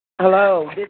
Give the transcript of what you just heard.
Hello